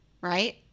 right